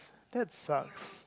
that sucks